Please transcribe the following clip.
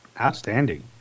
Outstanding